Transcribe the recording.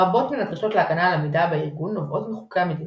רבות מן הדרישות להגנה על המידע בארגון נובעות מחוקי המדינה,